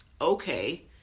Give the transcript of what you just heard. okay